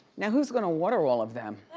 now who's gonna water all of them?